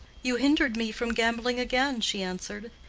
you hindered me from gambling again, she answered.